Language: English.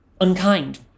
unkind